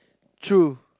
true